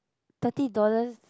thirty dollars